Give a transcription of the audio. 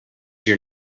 your